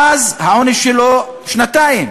אז העונש שלו שנתיים,